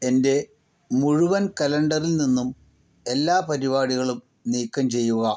എൻ്റെ മുഴുവൻ കലണ്ടറിൽ നിന്നും എല്ലാ പരിപാടികളും നീക്കം ചെയ്യുക